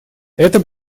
это